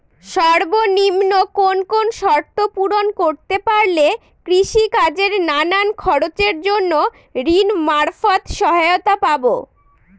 সর্বনিম্ন কোন কোন শর্ত পূরণ করতে পারলে কৃষিকাজের নানান খরচের জন্য ঋণ মারফত সহায়তা পাব?